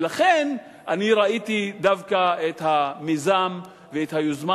ולכן אני ראיתי דווקא את המיזם ואת היוזמה